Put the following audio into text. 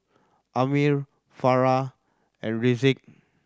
Ammir Farah and Rizqi